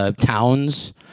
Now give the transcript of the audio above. towns